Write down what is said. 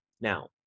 Now